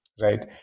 right